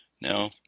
Now